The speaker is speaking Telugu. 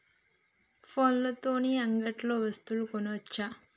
ఫోన్ల తోని అంగట్లో వస్తువులు కొనచ్చా?